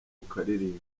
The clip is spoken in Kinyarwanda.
ukaririmba